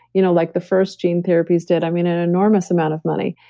you know like the first gene therapies did. i mean an enormous amount of money.